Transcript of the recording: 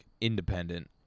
independent